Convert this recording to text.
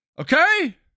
okay